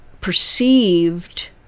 perceived